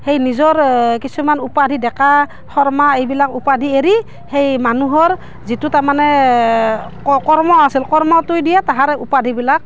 সেই নিজৰ কিছুমান উপাধি ডেকা শৰ্মা এইবিলাক উপাধি এৰি সেই মানুহৰ যিটো তাৰমানে কৰ্ম আছিল কৰ্মটোৱে দিয়ে তাহাৰ উপাধিবিলাক